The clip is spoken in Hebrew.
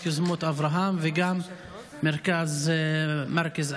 יוזמות אברהם וגם על ידי מרכז אמאן,